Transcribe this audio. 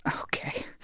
Okay